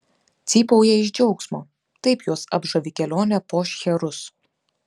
cypauja iš džiaugsmo taip juos apžavi kelionė po šcherus